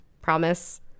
promise